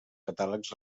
catàlegs